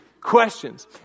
questions